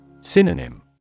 Synonym